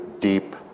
deep